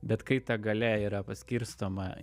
bet kai ta galia yra paskirstoma